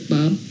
Bob